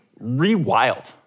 rewild